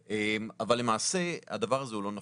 אבל, למעשה הדבר הזה לא נכון,